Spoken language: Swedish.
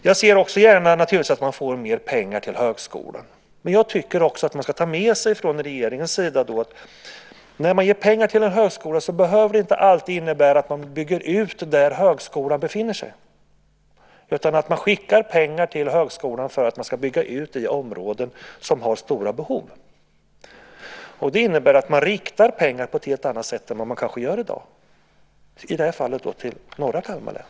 Jag ser naturligtvis också gärna mer pengar till högskolan. Jag tycker också att man från regeringens sida ska ta med sig att när pengar ges till en högskola behöver det inte alltid innebära att högskolan byggs ut där högskolan befinner sig. Pengar skickas till högskolan för att bygga ut i områden som har stora behov. Det innebär att rikta pengar på ett helt annat sätt än vad som sker i dag - i det här fallet till norra Kalmar län.